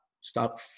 stop